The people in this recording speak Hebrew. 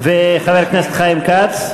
וחבר הכנסת חיים כץ?